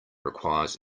requires